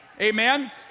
Amen